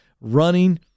running